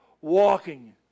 walking